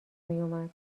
میومد